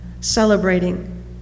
celebrating